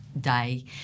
day